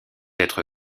être